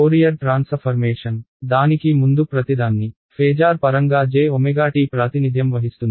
Fourier transformation దానికి ముందు ప్రతిదాన్ని ఫేజార్ పరంగా jt ప్రాతినిధ్యం వహిస్తుంది